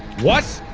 what?